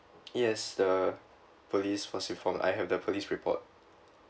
yes the police was informed I have the police report